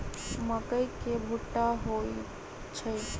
मकई के भुट्टा होई छई